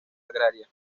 agraria